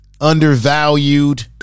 undervalued